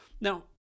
Now